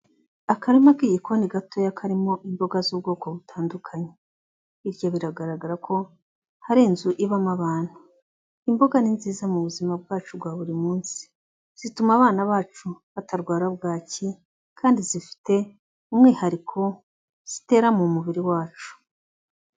Akarima k'igikoni gatoya karimo imboga z'ubwoko butandukanye, hirya biragaragara ko hari inzu ibamo abantu, imboga ni nziza mu buzima bwacu bwa buri munsi, zituma abana bacu batarwara bwaki, kandi zifite umwihariko zitera mu mubiri wacu.